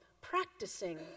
Practicing